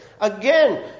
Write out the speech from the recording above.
Again